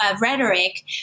rhetoric